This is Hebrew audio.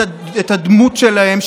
את הדמות שלהם,